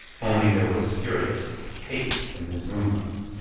only there was furious haste in his movements.